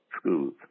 schools